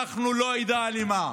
אנחנו לא עדה אלימה,